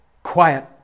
Quiet